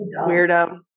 Weirdo